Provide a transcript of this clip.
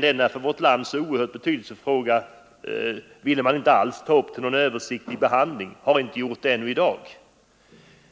Denna för vårt land så oerhört betydelsefulla fråga ville man inte alls ta upp till någon översiktlig behandling, och man har ännu i dag inte gjort det.